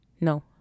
No